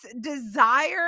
desire